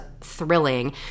thrilling